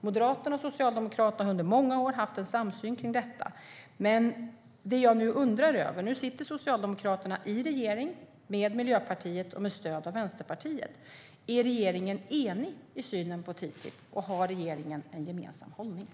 Moderaterna och Socialdemokraterna har under många år haft en samsyn i detta, men nu sitter Socialdemokraterna i regering med Miljöpartiet och har stöd av Vänsterpartiet. Är regeringen enig i synen på TTIP? Har regeringen en gemensam hållning?